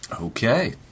Okay